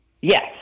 yes